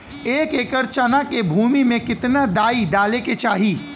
एक एकड़ चना के भूमि में कितना डाई डाले के चाही?